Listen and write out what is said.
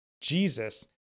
Jesus